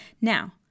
Now